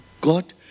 God